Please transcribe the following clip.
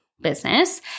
business